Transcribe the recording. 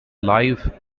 live